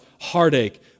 heartache